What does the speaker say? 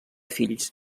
fills